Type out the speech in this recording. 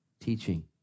teaching